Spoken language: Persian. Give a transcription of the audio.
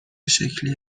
شکلی